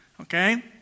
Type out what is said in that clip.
okay